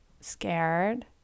scared